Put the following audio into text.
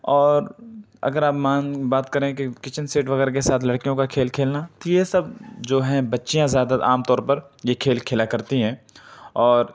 اور اگر آپ مان بات کریں کہ کچن سیٹ وغیرہ کے ساتھ لڑکیوں کا کھیل کھیلنا کہ یہ سب جو ہیں بچیاں زیادہ عام طور پر یہ کھیل کھیلا کرتی ہیں اور